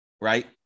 Right